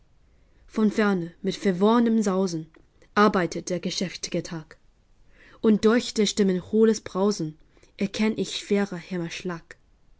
von ferne mit verworrnem sausen arbeitet der geschäft'ge tag und durch der stimmen hohles brausen erkenn ich schwerer hämmer schlag